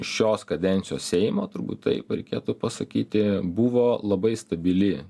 šios kadencijos seimo turbūt taip reikėtų pasakyti buvo labai stabili